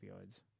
opioids